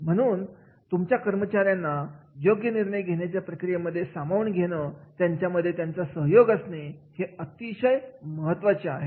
म्हणून तुमच्या कर्मचाऱ्यांना योग्य निर्णय घेण्याच्या प्रक्रियेमध्ये सामावून घेणं त्यांचा त्याच्यामध्ये सहयोग असणे हे अत्यंत महत्त्वाचे आहे